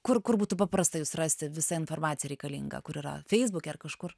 kur kur būtų paprasta jus rasti visą informaciją reikalingą kur yra feisbuke ar kažkur